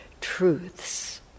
truths